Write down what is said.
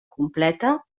completa